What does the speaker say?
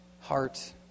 heart